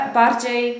bardziej